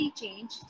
change